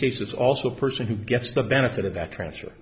case it's also a person who gets the benefit of that transfer